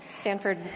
Stanford